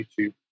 YouTube